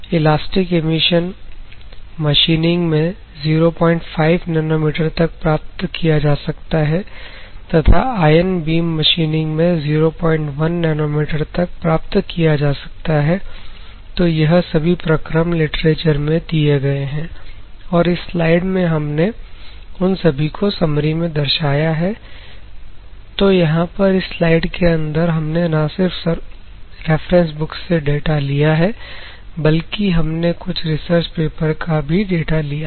elastic emission machining में 05 nanometer तक प्राप्त किया जा सकता है तथा आयन बीम मशीनिंग में 01 नैनोमीटर तक प्राप्त किया जा सकता है तो यह सभी प्रक्रम लिटरेचर में दिए गए हैं और इस स्लाइड में हमने उन सभी को समरी में दर्शाया है तो यहां पर इस स्लाइड के अंदर हमने ना सिर्फ रेफरेंस बुक्स से डाटा लिया है बल्कि हमने कुछ रिसर्च पेपर का भी डेटा लिया है